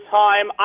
time